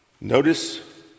Notice